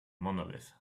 monolith